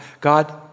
God